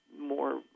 more